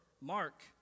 Mark